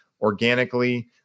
organically